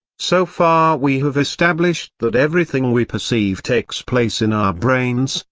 so far we have established that everything we perceive takes place in our brains,